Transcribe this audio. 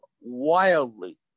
wildly